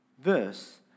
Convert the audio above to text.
verse